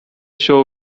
show